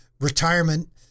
retirement